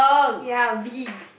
ya V